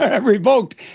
Revoked